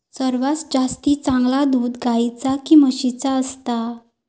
सर्वात जास्ती चांगला दूध गाईचा की म्हशीचा असता?